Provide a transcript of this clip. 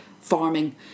farming